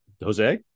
jose